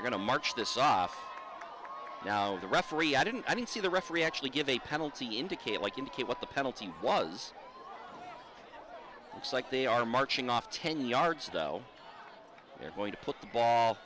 not going to march this off now the referee i didn't i didn't see the referee actually give a penalty indicate like indicate what the penalty was it's like they are marching off ten yards though they're going to put the ball